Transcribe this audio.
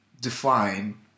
define